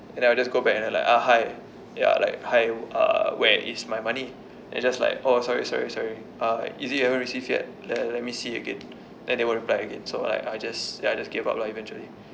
and then I'll just go back and then like ah hi ya like hi uh where is my money and just like oh sorry sorry sorry ah is it you haven't received yet le~ let me see again then never reply again so like I just ya I just gave up lah eventually